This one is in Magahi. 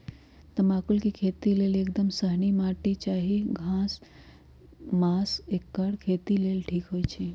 तमाकुल के खेती लेल एकदम महिन माटी चाहि माघ मास एकर खेती लेल ठीक होई छइ